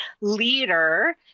leader